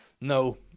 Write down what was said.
No